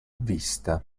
vista